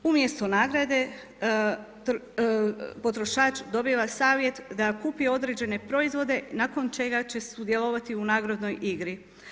Umjesto nagrade potrošač dobiva savjet da kupi određene proizvode nakon čega će sudjelovati u nagradnoj igri.